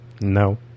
No